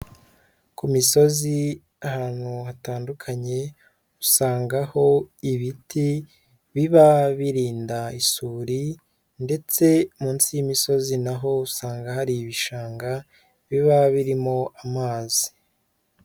Ku misozi ahantu hatandukanye usangaho ibiti biba birinda isuri ndetse munsi y'imisozi na ho usanga hari ibishanga biba birimo amazi.